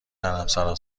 حرمسرا